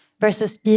versus